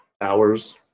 hours